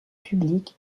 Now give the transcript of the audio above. publique